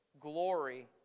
glory